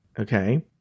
Okay